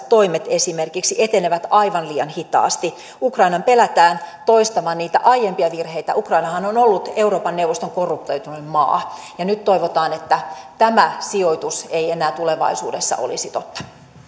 toimet esimerkiksi etenevät aivan liian hitaasti ukrainan pelätään toistavan niitä aiempia virheitä ukrainahan on ollut euroopan neuvoston korruptoitunein maa ja nyt toivotaan että tämä sijoitus ei enää tulevaisuudessa olisi totta